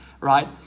right